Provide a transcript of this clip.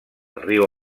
riu